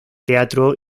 teatro